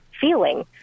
feeling